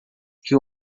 que